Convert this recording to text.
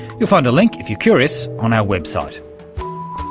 you'll find a link if you're curious on our website.